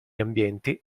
ambienti